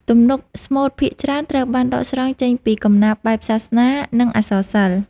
ទំនុកស្មូតភាគច្រើនត្រូវបានដកស្រង់ចេញពីកំណាព្យបែបសាសនា និងអក្សរសិល្ប៍។